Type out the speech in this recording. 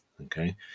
okay